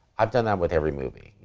i've done that with every movie.